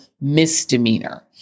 misdemeanor